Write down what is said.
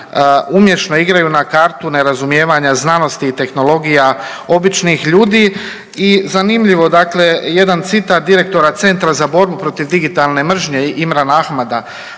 umješno igraju na kartu nerazumijevanja znanosti i tehnologija običnih ljudi i zanimljivo dakle, jedan citat direktora Centra za borbu protiv digitalne mržnje Imrana Ahmeda: